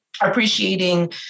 appreciating